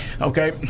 Okay